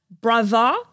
Brother